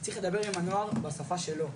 צריך לדבר עם הנוער בשפה שלו.